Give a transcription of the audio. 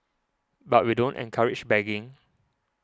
but we don't encourage begging